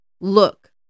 Look